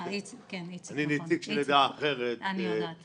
קודם כל